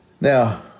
Now